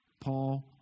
Paul